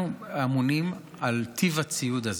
אנחנו אמונים על טיב הציוד הזה.